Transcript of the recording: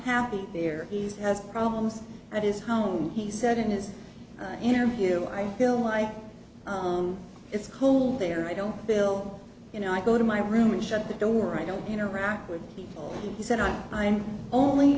happy there he has problems at his home he said in his interview i feel like it's cold there i don't bill you know i go to my room and shut the door i don't interact with people he said i'm fine only